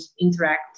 interact